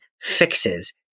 fixes